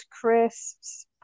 crisps